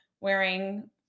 wearing